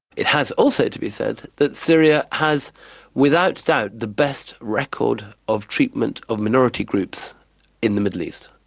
it has also to be said that syria has without doubt the best record of treatment of minority groups in the middle east.